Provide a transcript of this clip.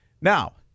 Now